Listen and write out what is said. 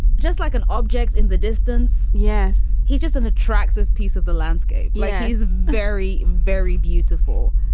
just like an object in the distance. yes. he's just an attractive piece of the landscape. like he's very, very beautiful.